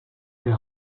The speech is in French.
elle